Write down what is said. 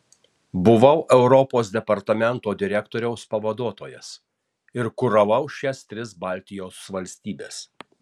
buvau europos departamento direktoriaus pavaduotojas ir kuravau šias tris baltijos valstybes